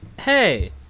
Hey